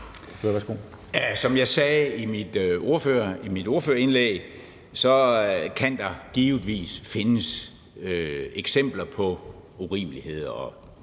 Som jeg sagde i mit ordførerindlæg, kan der givetvis findes eksempler på urimeligheder